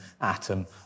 atom